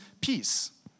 peace